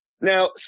Now